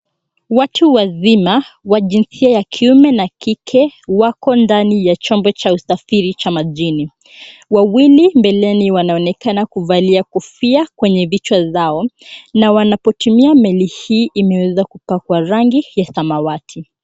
Watu wazima, wa jinsia ya kiume na kike, wako ndani ya chombo cha usafiri majini. Wawili mbeleni wanaonekana kuvalia kofia kwenye vichwa zao na wanapotumia meli hii imeweza kupakwa rangi ya samawati.